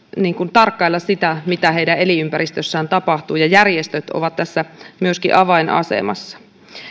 tarkkailla sitä mitä heidän elinympäristössään tapahtuu järjestöt ovat tässä myöskin avainasemassa